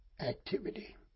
activity